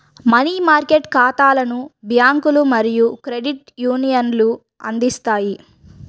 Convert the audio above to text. money market ఖాతాలను బ్యాంకులు మరియు క్రెడిట్ యూనియన్లు అందిస్తాయి